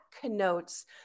connotes